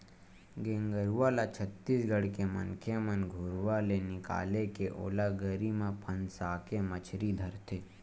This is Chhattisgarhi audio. गेंगरूआ ल छत्तीसगढ़ के मनखे मन घुरुवा ले निकाले के ओला गरी म फंसाके मछरी धरथे